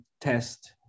test